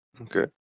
Okay